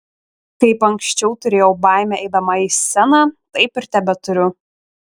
kaip anksčiau turėjau baimę eidama į sceną taip ir tebeturiu